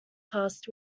past